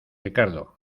ricardo